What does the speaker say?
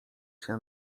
sie